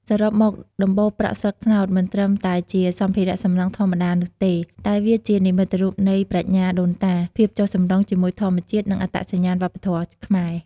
សរុបមក ដំបូលប្រក់ស្លឹកត្នោតមិនត្រឹមតែជាសម្ភារៈសំណង់ធម្មតានោះទេ តែវាជានិមិត្តរូបនៃប្រាជ្ញាដូនតា ភាពចុះសម្រុងជាមួយធម្មជាតិ និងអត្តសញ្ញាណវប្បធម៌ខ្មែរ។